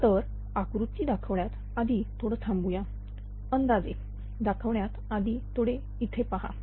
तर आकृती दाखवण्यात आधी थोडं थांबूया अंदाजे दाखविण्यात आधी थोडे इथे पहा